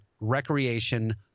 Recreation